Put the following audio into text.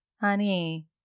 honey